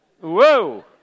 Whoa